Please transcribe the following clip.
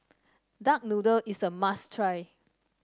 Duck Noodle is a must try